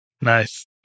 nice